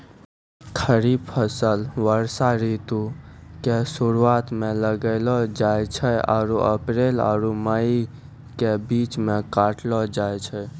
खरीफ फसल वर्षा ऋतु के शुरुआते मे लगैलो जाय छै आरु अप्रैल आरु मई के बीच मे काटलो जाय छै